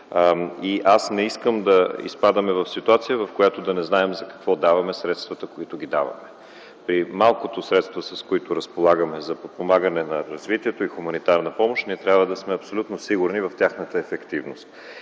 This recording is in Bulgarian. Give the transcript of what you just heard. Не искам да изпадаме в ситуация, в която не знаем за какво даваме средствата. При малкото средства, с които разполагаме за подпомагане на развитието и хуманитарна помощ, ние трябва да сме абсолютно сигурни в тяхната ефективност.